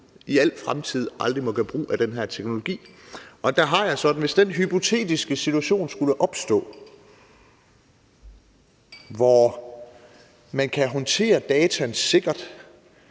i al fremtid aldrig må gøre brug af den her teknologi. Og der har jeg det sådan, at hvis den type hypotetiske situation skulle opstå, hvor man kan håndtere dataene sikkert,